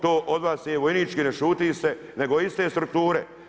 To od vas nije vojnički ne šuti se, nego iste strukture.